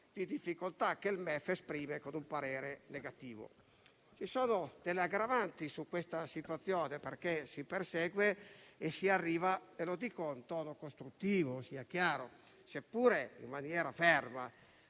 di difficoltà, che il MEF esprime con un parere negativo. Ci sono delle aggravanti in questa situazione, perché - lo dico in tono costruttivo, sia chiaro, seppure in maniera ferma